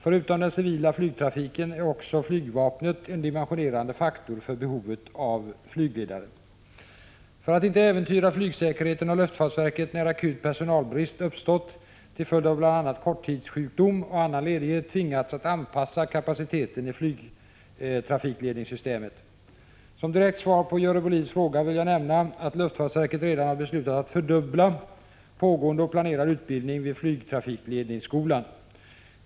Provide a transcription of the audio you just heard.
Förutom den civila flygtrafiken är också flygvapnet en dimensionerande faktor för behovet av flygledare. För att inte äventyra flygsäkerheten har luftfartsverket när akut personalbrist uppstått till följd av bl.a. korttidssjukdom och annan ledighet tvingats att anpassa kapaciteten i flygtrafikledningssystemet. Som direkt svar på Görel Bohlins fråga vill jag nämna att luftfartsverket redan har beslutat att fördubbla pågående och planerad utbildning vid flygtrafikledningsskolan.